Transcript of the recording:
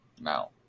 now